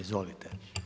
Izvolite.